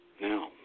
Now